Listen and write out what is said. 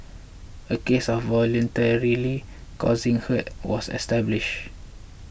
a case of voluntarily causing hurt was established